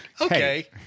Okay